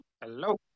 Hello